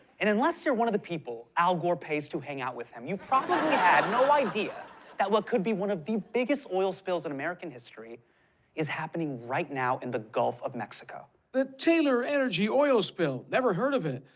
and unless you're one of the people al gore pays to hang out with him, you probably had no idea that what could be one of the biggest oil spills in american history is happening right now in the gulf of mexico. the taylor energy oil spill. never heard of it?